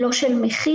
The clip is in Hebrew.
לא של מחיר.